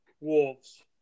wolves